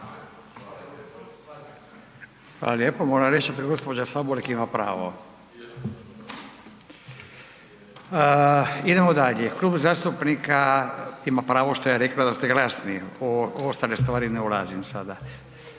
Hvala lijepo. Moram reći da gđa. Sabolek ima pravo. Idemo dalje, klub zastupnika, ima pravo što je rekla da ste glasni, u ostale stvari ne ulazim sada